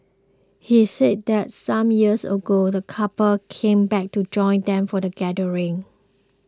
he said that some years ago the couple came back to join them for the gathering